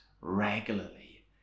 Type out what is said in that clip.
regularly